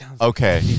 okay